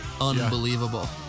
Unbelievable